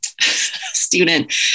student